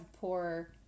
poor